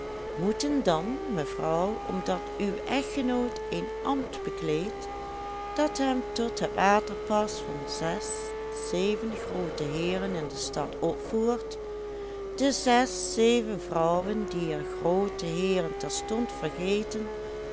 moeten dan mevrouw omdat uw echtgenoot een ambt bekleedt dat hem tot het waterpas van zes zeven groote heeren in de stad opvoert de zes zeven vrouwen dier groote heeren terstond vergeten